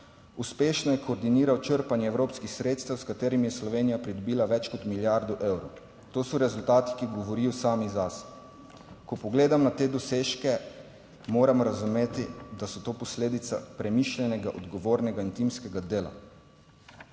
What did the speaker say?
Uspešno je koordiniral črpanje evropskih sredstev, s katerim je Slovenija pridobila več kot milijardo evrov. To so rezultati, ki govorijo sami zase. Ko pogledam na te dosežke, moram razumeti, da so to posledica premišljenega, odgovornega in timskega dela,